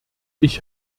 ich